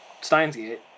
Steinsgate